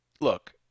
Look